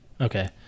Okay